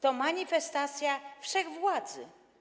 To manifestacja wszechwładzy.